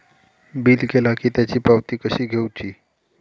Bill केला की त्याची पावती कशी घेऊची?